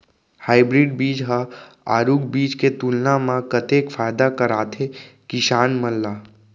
Hybrid बीज हा आरूग बीज के तुलना मा कतेक फायदा कराथे किसान मन ला?